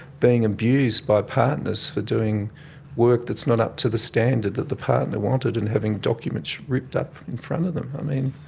being abused by partners for doing work that is not up to the standard that the partner wanted and having documents ripped up in front of them. i mean,